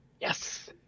Yes